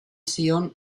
zion